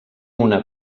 una